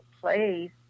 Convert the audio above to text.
place